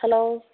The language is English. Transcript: hello